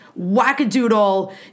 wackadoodle